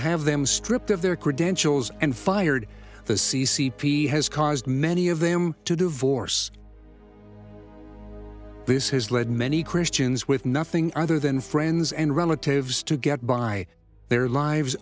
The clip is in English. have them stripped of their credentials and fired the c c p has caused many of them to divorce this has led many christians with nothing other than friends and relatives to get by their lives